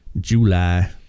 July